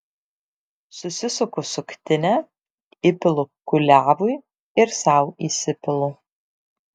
susisuku suktinę įpilu kuliavui ir sau įsipilu